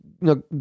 no